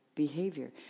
Behavior